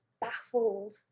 baffled